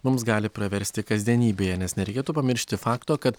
mums gali praversti kasdienybėje nes nereikėtų pamiršti fakto kad